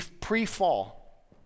pre-fall